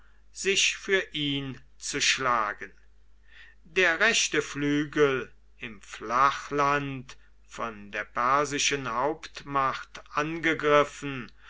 sich für ihn zu schlagen der rechte flügel im flachland von der persischen hauptmacht angegriffen